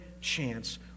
chance